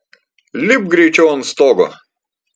lipk greičiau ant stogo